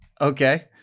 Okay